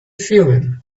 feeling